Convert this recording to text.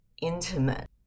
intimate